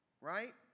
right